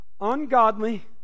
ungodly